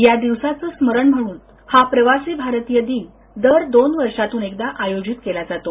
या दिवसाचं स्मरण म्हणून हा प्रवासी भारतीय दिन दर दोन वर्षातून एकदा आयोजित केला जातो